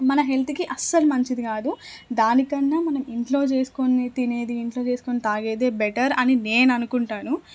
మన హెల్త్కి అస్సలు మంచిది కాదు దానికన్నా మనం ఇంట్లో చేసుకుని తినేది ఇంట్లో చేసుకుని తాగేదె బెట్టర్ అని నేను అనుకుంటాను